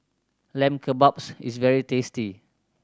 Lamb Kebabs is very tasty